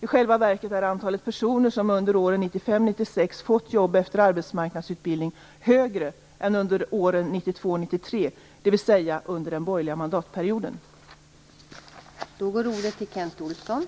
I själva verket är antalet personer som under åren 1995-1996 fått jobb efter arbetsmarknadsutbildning högre än under åren 1992-1993, dvs. under den borgerliga mandatperioden.